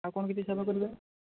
ଆଉ କ'ଣ କିଛି ସେବା କରିପାରେ